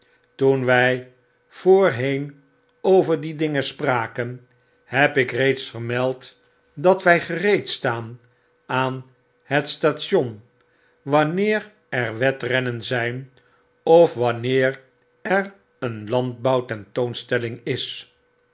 toen wy voorheen over die dingen spraken heb ik reeds vermeld dat wy gereed staan aan het station wanneer er wedrennen zyn of wanneer er een landbouwtentoonstelling is